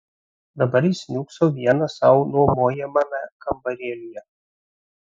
dabar jis niūkso vienas sau nuomojamame kambarėlyje